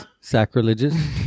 Sacrilegious